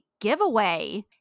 giveaway